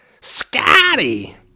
Scotty